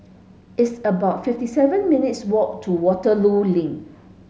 it's about fifty seven minutes' walk to Waterloo Link